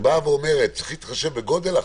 שאומרת שצריך להתחשב בגודל החנות,